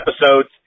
episodes